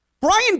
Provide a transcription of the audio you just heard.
Brian